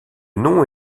nom